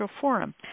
Forum